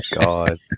god